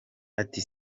ati